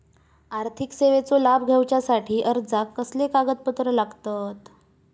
आर्थिक सेवेचो लाभ घेवच्यासाठी अर्जाक कसले कागदपत्र लागतत?